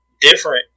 different